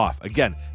Again